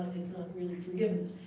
it's not really forgiveness.